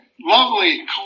lovely